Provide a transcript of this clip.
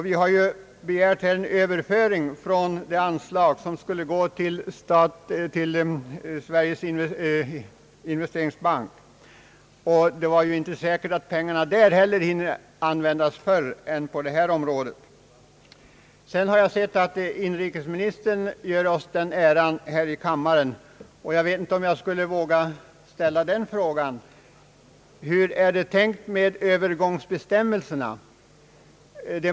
Vi har här begärt en överföring från det anslag som skulle gå till Sveriges investeringsbank. Det är ju inte säkert att pengarna där hinner användas tidigare än på detta område. Jag ser att inrikesministern gör oss den äran här i kammaren. Jag vet inte om jag skulle våga ställa frågan: Hur är det tänkt med övergångsbestämmelserna?